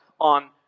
on